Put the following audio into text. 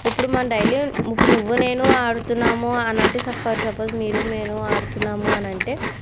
ఇప్పుడు మన డైలీ ఇప్పుడు నువ్వు నేను ఆడుతున్నాము అననంటే సఫర్ సపోస్ మీరు మేరు ఆడుతున్నాము అననంటే